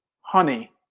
honey